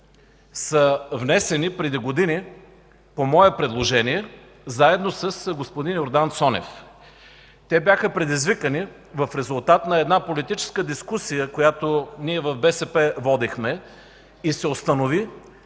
са внесени преди години по мое предложение, заедно с господин Йордан Цонев. Те бяха предизвикани в резултат на една политическа дискусия, която ние в БСП водихме, и се установи,